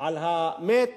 על המת,